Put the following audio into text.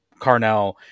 Carnell